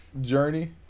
Journey